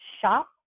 shop